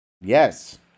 Yes